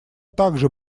также